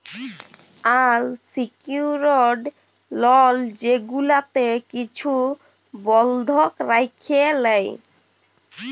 আল secured লল যেগুলাতে কিছু বল্ধক রাইখে লেই